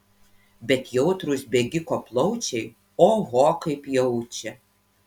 bet jautrūs bėgiko plaučiai oho kaip jaučia